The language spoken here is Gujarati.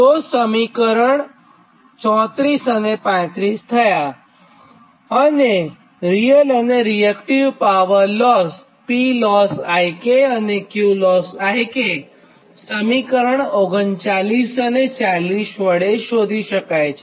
તો આ સમીકરણ 34 અને 35 છે અને રીયલ અને રીએક્ટીવ પાવર લોસ Plossik અને Qlossik સમીકરણ 39 અને 40 વડે શોધી શકાય છે